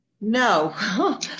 No